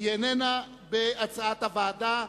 היא איננה בהצעת הוועדה.